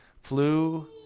flew